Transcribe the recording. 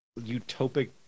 utopic